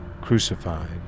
crucified